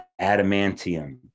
adamantium